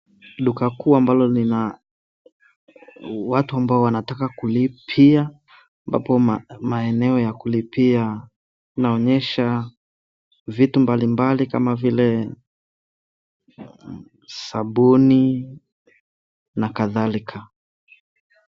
Duka kuu ambalo lina watu ambao wanataka kulipia ambapo maeneo ya kulipia inaonyesha vitu mbalimbali kama vile sabuni na kadhalika.